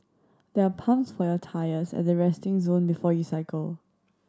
there are pumps for your tyres at the resting zone before you cycle